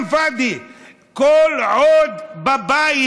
כולו כלאם פאדי.